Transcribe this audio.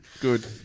good